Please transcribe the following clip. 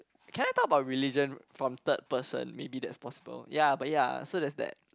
can I talk about religion from third person maybe that's possible ya but ya so that's that